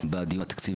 בדיונים התקציבים